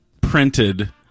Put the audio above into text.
printed